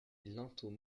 linteaux